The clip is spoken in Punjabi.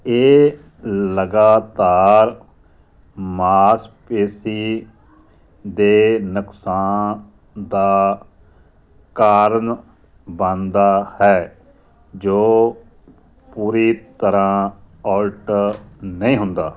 ਇਹ ਲਗਾਤਾਰ ਮਾਸਪੇਸ਼ੀ ਦੇ ਨੁਕਸਾਨ ਦਾ ਕਾਰਨ ਬਣਦਾ ਹੈ ਜੋ ਪੂਰੀ ਤਰ੍ਹਾਂ ਉਲਟ ਨਹੀਂ ਹੁੰਦਾ